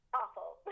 awful